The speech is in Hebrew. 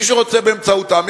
מי שרוצה באמצעותם,